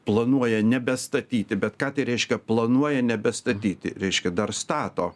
planuoja nebestatyti bet ką tai reiškia planuoja nebestatyti reiškia dar stato